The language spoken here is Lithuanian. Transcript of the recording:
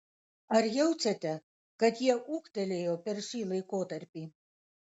ar jaučiate kad jie ūgtelėjo per šį laikotarpį